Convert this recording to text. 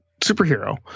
superhero